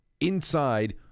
inside